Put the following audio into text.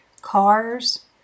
cars